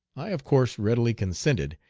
i of course readily consented,